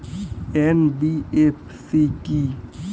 NBFC কী?